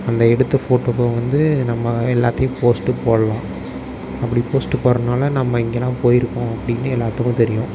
அந்த எடுத்த ஃபோட்டோவை வந்து நம்ம எல்லாத்தையும் போஸ்ட் போடலாம் அப்படி போஸ்ட் போடறதினால நம்ம இங்கெல்லாம் போயிருக்கோம் அப்படின்னு எல்லாத்துக்கும் தெரியும்